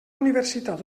universitat